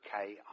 okay